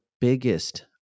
biggest